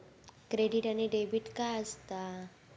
Credit आणि debit काय असता?